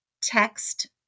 text